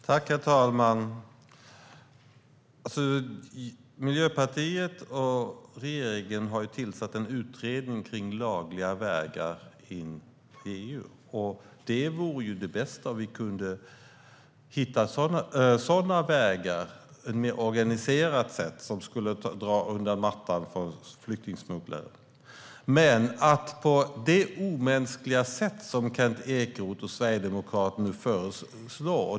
Herr talman! Miljöpartiet och regeringen har tillsatt en utredning om lagliga vägar in i EU. Det vore ju det bästa om vi kunde hitta sådana vägar, ett mer organiserat sätt, som skulle dra undan mattan för flyktingsmugglare. Men det är ingen lösning att göra på det omänskliga sätt som Kent Ekeroth och Sverigedemokraterna nu föreslår.